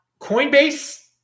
Coinbase